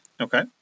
Okay